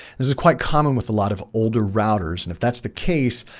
this is quite common with a lot of older routers and if that's the case,